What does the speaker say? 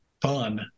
fun